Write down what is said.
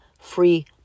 free